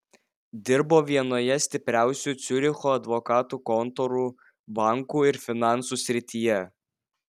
dirbo vienoje stipriausių ciuricho advokatų kontorų bankų ir finansų srityje